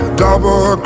double